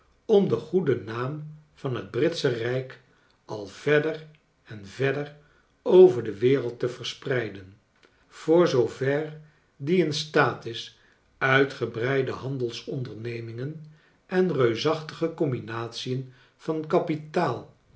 om den goeden naam van het britsche rijk al verder en verder over de wereld te verspreiden voor zoover die in staat is uitgebreide handelsondernemingen en reusachtige combination van kapitaal